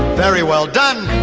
very well done.